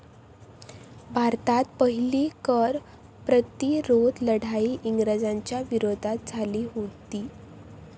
भारतात पहिली कर प्रतिरोध लढाई इंग्रजांच्या विरोधात झाली हुती